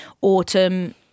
autumn